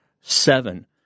Seven